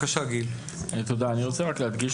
אני רוצה להדגיש